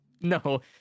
No